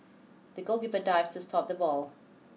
the goalkeeper dived to stop the ball